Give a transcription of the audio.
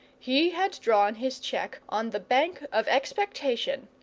he had drawn his cheque on the bank of expectation,